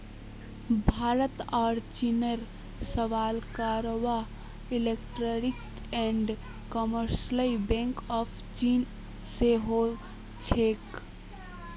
भारत आर चीनेर सबला कारोबार industrial and commercial bank of चीन स हो छेक